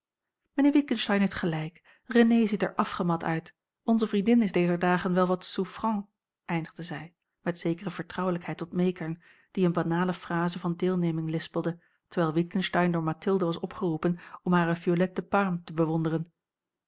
mijnheer witgensteyn heeft gelijk renée ziet er afgemat uit onze vriendin is dezer dagen wel wat souffrant eindigde zij met zekere vertrouwelijkheid tot meekern die eene banale phrase van deelneming lispelde terwijl witgensteyn door mathilde was opgeroepen om hare violettes de parme te bewonderen